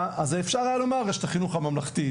אפשר היה לומר שיש את החינוך הממלכתי-דתי,